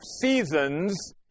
seasons